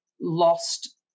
lost